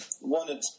one